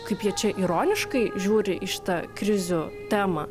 kaip jie čia ironiškai žiūri į šitą krizių temą